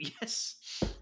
Yes